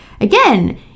again